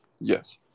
Yes